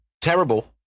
terrible